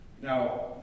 Now